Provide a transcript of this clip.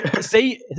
say